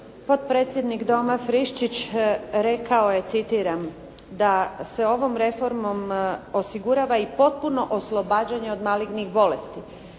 Potpredsjednik Doma Friščić rekao je, citiram: "da se ovom reformom osigurava i potpuno oslobađanje od malignih bolesti".